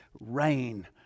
rain